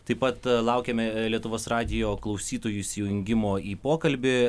taip pat laukiame lietuvos radijo klausytojų įsijungimo į pokalbį